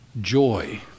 Joy